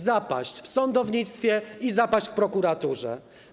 Zapaść w sądownictwie i zapaść w prokuraturze.